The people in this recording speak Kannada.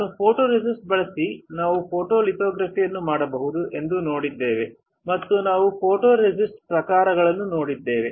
ನಾವು ಫೋಟೊರೆಸಿಸ್ಟ್ ಬಳಸಿ ನಾವು ಫೋಟೊಲಿಥೊಗ್ರಫಿಯನ್ನು ಮಾಡಬಹುದು ಎಂದು ನೋಡಿದ್ದೇವೆ ಮತ್ತು ನಾವು ಫೋಟೊರೆಸಿಸ್ಟ್ ಪ್ರಕಾರಗಳನ್ನು ನೋಡಿದ್ದೇವೆ